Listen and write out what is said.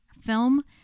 film